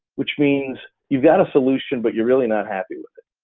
which means you've got a solution, but you're really not happy with it.